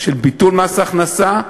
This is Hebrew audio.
של ביטול מס הכנסה,